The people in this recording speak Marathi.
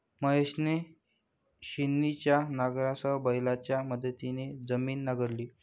महेशने छिन्नीच्या नांगरासह बैलांच्या मदतीने जमीन नांगरली